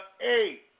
eight